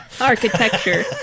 architecture